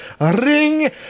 ring